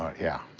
um yeah.